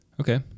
Okay